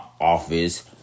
Office